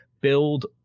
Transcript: build